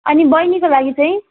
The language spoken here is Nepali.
अनि बहिनीको लागि चाहिँ